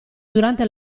durante